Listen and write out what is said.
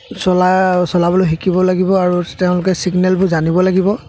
চলা চলাবলৈ শিকিব লাগিব আৰু তেওঁলোকে ছিগনেলবোৰ জানিব লাগিব